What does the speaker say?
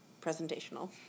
presentational